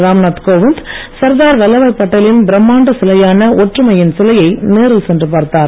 ராம்நாத் கோவிந்த் சர்தார் வல்லப்பாய் பட்டேலின் பிரம்மாண்ட சிலையான ஒற்றுமையின் சிலையை நேரில் சென்று பார்த்தார்